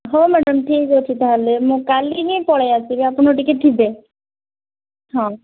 ହଁ ମ୍ୟାଡ଼ାମ୍ ଠିକ୍ ଅଛି ତା'ହାଲେ ମୁଁ କାଲି ହିଁ ପଳାଇ ଆସିବି ଆପଣ ଟିକେ ଥିବେ